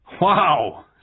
Wow